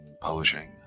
publishing